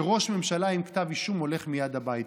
שראש ממשלה עם כתב אישום הולך מייד הביתה.